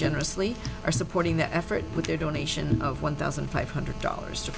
generously are supporting the effort with a donation of one thousand five hundred dollars to